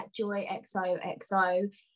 JoyXOXO